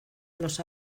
los